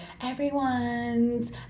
everyone's